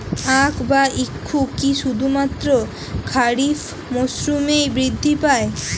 আখ বা ইক্ষু কি শুধুমাত্র খারিফ মরসুমেই বৃদ্ধি পায়?